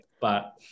but-